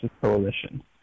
Coalition